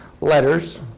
letters